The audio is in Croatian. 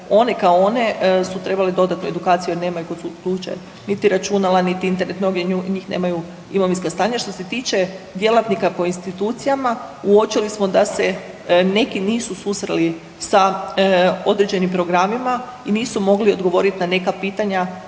one kao one su trebale dodatnu edukaciju jer nemaju kod kuće niti računala, niti Internet, mnogi od njih nemaju imovinska stanja. Što se tiče djelatnika po institucijama uočili smo da se neki nisu susreli sa određenim programa i nisu mogli odgovoriti na neka pitanja